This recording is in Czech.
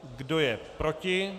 Kdo je proti?